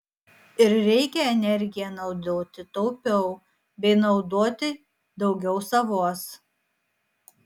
ir reikia energiją naudoti taupiau bei naudoti daugiau savos